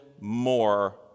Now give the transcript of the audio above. more